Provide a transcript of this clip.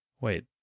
Wait